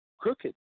crooked